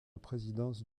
présidence